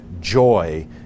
joy